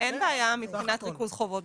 בעיה מבחינת ריכוז חובות.